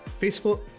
Facebook